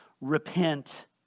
repent